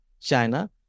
China